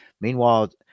Meanwhile